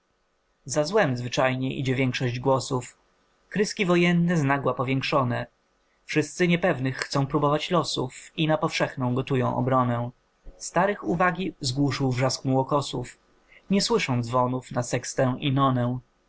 złem zwyczajnie idzie większość głosów kreski wojenne znagła powiększone wszyscy niepewnych chcą probować losów i na powszechną gotują obronę starych uwagi zgłuszył wrzask młokosów nie słyszą dzwonów na sextę i nonę